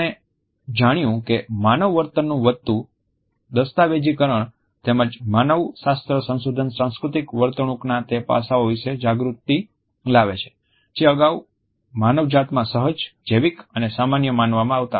આપણે જાણ્યું કે માનવ વર્તનનું વધતું દસ્તાવેજીકરણ તેમજ માનવશાસ્ત્ર સંશોધન સાંસ્કૃતિક વર્તણૂકના તે પાસાઓ વિશે જાગૃતિ લાવે છે જે અગાઉ માનવતામાં સહજ જૈવિક અને સામાન્ય માનવામાં આવતા હતા